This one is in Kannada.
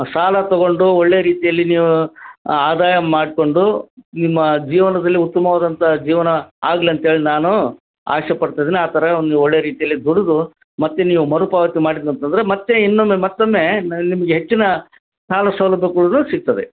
ಸಾಲ ತಗೊಂಡು ಒಳ್ಳೆ ರೀತಿಯಲ್ಲಿ ನೀವು ಆ ಆದಾಯ ಮಾಡಿಕೊಂಡು ನಿಮ್ಮ ಜೀವನದಲ್ಲಿ ಉತ್ತಮವಾದಂತ ಜೀವನ ಆಗ್ಲಿ ಅಂತೇಳಿ ನಾನು ಆಸೆ ಪಡ್ತಿದ್ದೀನಿ ಆ ಥರ ಒಂದು ಒಳ್ಳೆ ರೀತಿಯಲ್ಲಿ ದುಡಿದು ಮತ್ತೆ ನೀವು ಮರುಪಾವತಿ ಮಾಡಿದ್ನು ಅಂತಂದರೆ ಮತ್ತೆ ಇನ್ನೊಮ್ಮೆ ಮತ್ತೊಮ್ಮೆ ನಿಮಗೆ ಹೆಚ್ಚಿನ ಸಾಲ ಸೌಲಭ್ಯ ಕೂಡ ಸಿಗ್ತದೆ